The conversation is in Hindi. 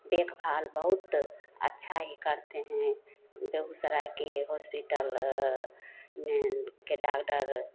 देख भाल बहुत अच्छा ही करते हैं बेगूसराय के होस्पिटल में के डागडर